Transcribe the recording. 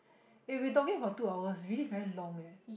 eh we talking for two hours really very long eh